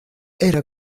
era